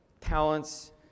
talents